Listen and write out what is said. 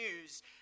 news